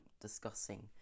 discussing